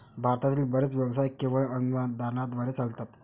भारतातील बरेच व्यवसाय केवळ अनुदानाद्वारे चालतात